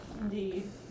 Indeed